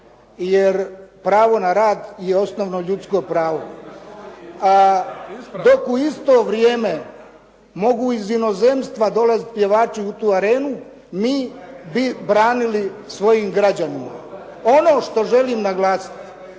je pravo na rad je osnovno ljudsko pravo a dok u isto vrijeme mogu iz inozemstva dolaziti pjevači u tu arenu mi bi branili svojim građanima. Ono što želim naglasiti